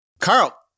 carl